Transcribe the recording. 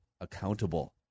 accountable